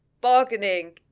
bargaining